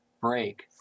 break